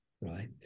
right